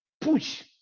push